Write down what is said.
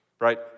right